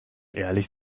ehrlich